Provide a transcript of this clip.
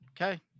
Okay